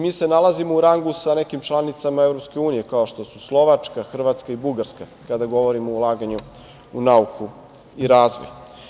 Mi se nalazimo u rangu sa nekim članicama EU kao što su Slovačka, Hrvatska i Bugarska, kada govorimo o ulaganju u nauku i razvoj.